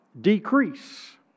decrease